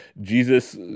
Jesus